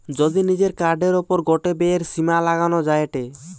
যদি নিজের কার্ডের ওপর গটে ব্যয়ের সীমা লাগানো যায়টে